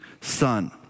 son